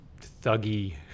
thuggy